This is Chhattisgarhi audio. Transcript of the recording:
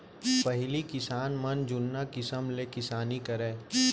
पहिली किसान मन जुन्ना किसम ले किसानी करय